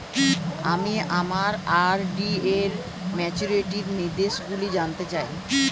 আমি আমার আর.ডি র ম্যাচুরিটি নির্দেশগুলি জানতে চাই